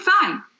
fine